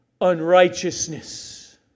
unrighteousness